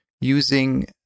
using